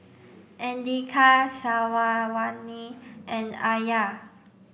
Andika and Alya